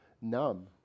numb